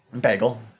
Bagel